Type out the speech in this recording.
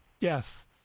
death